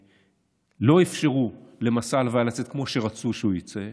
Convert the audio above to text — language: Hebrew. לא אפשרו למסע ההלוויה לצאת כמו שרצו שהוא יצא,